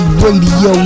radio